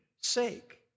sake